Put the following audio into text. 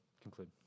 conclude